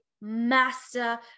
master